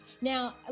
Now